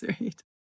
Right